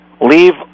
Leave